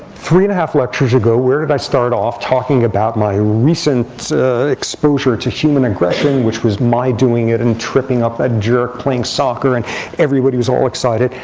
three and a half lectures ago, where did i start off talking about my recent exposure to human aggression, which was my doing it, and tripping up that jerk playing soccer. and everybody was all excited.